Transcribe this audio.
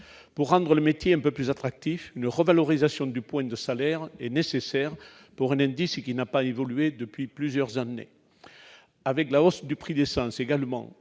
Pour rendre le métier un peu plus attractif, une revalorisation du point de salaire est nécessaire- l'indice n'a pas évolué depuis plusieurs années. La hausse du prix de l'essence rend également